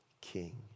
king